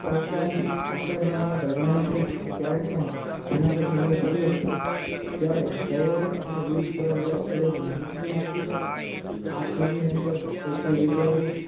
આ ઉપરાંત આ શહેર અમારા માટે અજાણ્યું છે હું ક્યારેય પણ જૂનાગઢની અંદર ફર્યો નથી ત્યારે ડ્રાઈવરે અમને વિવિધ ફરવા જેવા સ્થળોની માહિતી પણ આપી આ સ્થળની અંદર કઈ કઈ જગ્યાએ